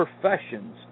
professions